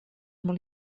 molt